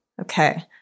Okay